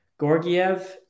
Gorgiev